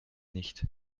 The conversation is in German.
nicht